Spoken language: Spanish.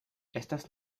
estas